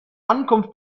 ankunft